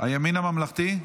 הימין הממלכתי?